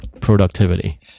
productivity